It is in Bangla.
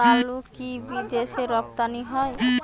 লালআলু কি বিদেশে রপ্তানি হয়?